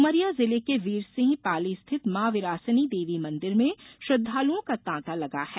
उमरिया जिले के वीरसिंह पाली स्थित मॉ विरासनी देवी मंदिर में श्रद्वालुओं का ताता लगा है